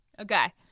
Okay